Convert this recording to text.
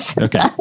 okay